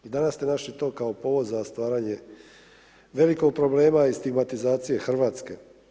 I danas ste našli to kao povod za stvaranje velikog problema i stigmatizacije Hrvatske.